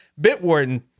Bitwarden